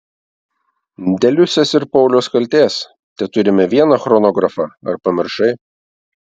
dėl liusės ir pauliaus kaltės teturime vieną chronografą ar pamiršai